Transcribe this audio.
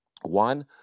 One